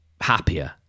happier